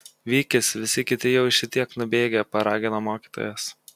vykis visi kiti jau šitiek nubėgę paragino mokytojas